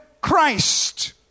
Christ